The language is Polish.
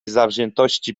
zawziętości